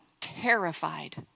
terrified